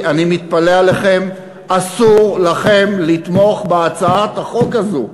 אני מתפלא עליכם, אסור לכם לתמוך בהצעת החוק הזו.